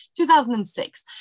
2006